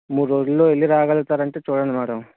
మూడు రోజుల్లో వెళ్ళి రాగలుగుతారంటే చూడండి మేడం